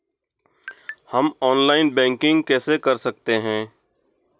हम online banking कैसे कर सकते हैं?